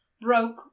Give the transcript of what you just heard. broke